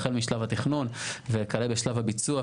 החל משלב התכנון וכלה בשלב הביצוע.